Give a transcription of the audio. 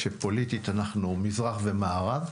שפוליטית אנחנו מזרח ומערב,